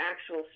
actual